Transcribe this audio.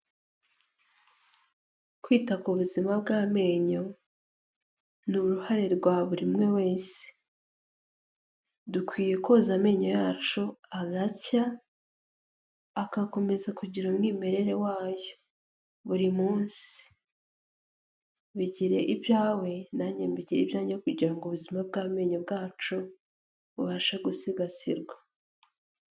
Kwita ku buzima bw'amenyo, ni uruhare rwa buri umwe wese. Dukwiye koza amenyo yacu agacya, agakomeza kugira umwimerere wayo buri munsi. Bigire ibyawe, nanjye mbigire ibyanjye kugira ngo ubuzima bw'amenyo bwacu bubashe gusigasirwa.